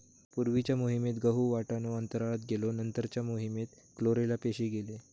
पूर्वीच्या मोहिमेत गहु, वाटाणो अंतराळात गेलो नंतरच्या मोहिमेत क्लोरेला पेशी गेले